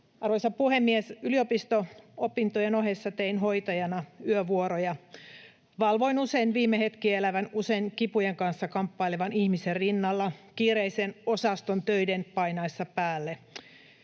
Arvoisa puhemies! Yliopisto-opintojen ohessa tein hoitajana yövuoroja. Valvoin usein viime hetkiä elävän, usein kipujen kanssa kamppailevan ihmisen rinnalla kiireisen osaston töiden painaessa päälle.